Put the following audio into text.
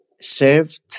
served